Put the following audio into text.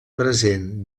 present